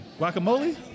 Guacamole